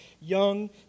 young